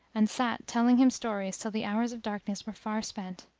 and sat telling him stories till the hours of darkness were far spent.